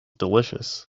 delicious